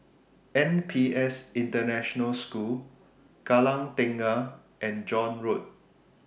NPS International School Kallang Tengah and John Road